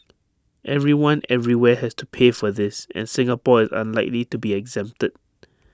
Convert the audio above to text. everyone everywhere has to pay for this and Singapore is unlikely to be exempted